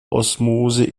osmose